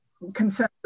consensus